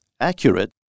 accurate